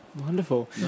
wonderful